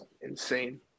insane